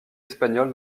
espagnole